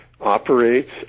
operates